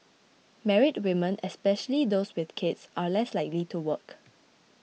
married women especially those with children are less likely to work